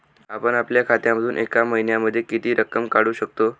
आपण आपल्या खात्यामधून एका महिन्यामधे किती रक्कम काढू शकतो?